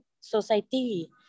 society